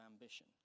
ambition